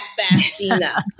Bastina